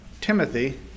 Timothy